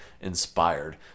inspired